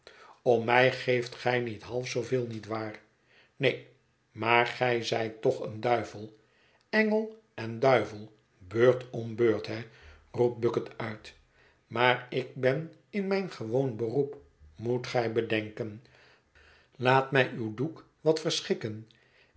om mij geeft gij niet half zooveel niet waar neen maar gij zijt toch een duivel engel en duivel beurt om beurt he roept bucket uit maar ik ben in mijn gewoon beroep moet gij bedenken laat mij uw doek wat